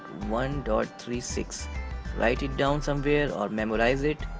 one three six write it down somewhere or memorize it.